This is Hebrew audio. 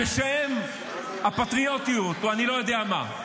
בשם הפטריוטיות או אני לא יודע מה.